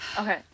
Okay